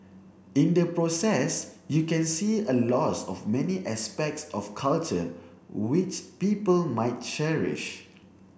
in the process you can see a loss of many aspects of culture which people might cherish